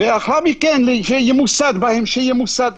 לאחר מכן זה ימוסד בהמשך.